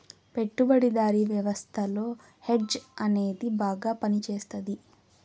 పెట్టుబడిదారీ వ్యవస్థలో హెడ్జ్ అనేది బాగా పనిచేస్తది